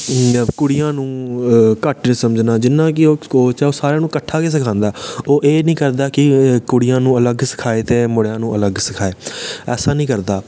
कुड़ियें गी घट्ट निं समझना जि'यां कि ओह् कोच ऐ ओह् सारें गी कट्ठा गै सखांदा ऐ ओह् एह् नेईं करदा कि कुड़ियें गी अलग सखाए ते मुड़ें गी अलग सखाए ऐसा नेईं करदा